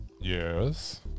Yes